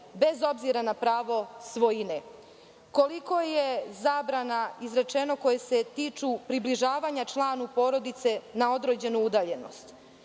bez obzira na pravo svojine? Koliko je zabrana izrečeno koje se tiču približavanja članu porodice na određenu udaljenost?